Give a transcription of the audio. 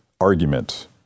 argument